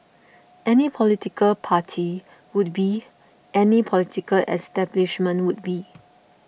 any political party would be any political establishment would be